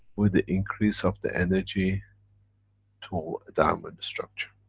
with the increase of the energy to diamond structure.